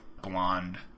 blonde